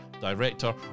director